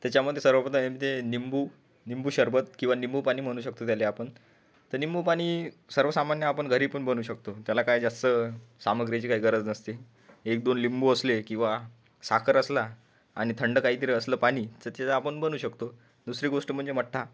त्याच्यामधे सर्वप्रथम येते निंबू निंबू सरबत किंवा निंबू पाणी म्हणू शकतो त्याला आपण तर निंबू पाणी सर्वसामान्य आपण घरीपण बनवू शकतो त्याला काय जास्त सामग्रीची काय गरज नसते एक दोन लिंबू असले किंवा साखर असला आणि थंड काहीतरी असलं पाणी ती तिचं आपण बनवू शकतो दुसरी गोष्ट म्हणजे मठ्ठा